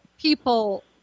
people